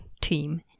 team